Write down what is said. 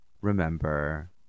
remember